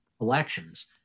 elections